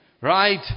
right